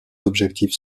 objectifs